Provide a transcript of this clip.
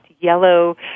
yellow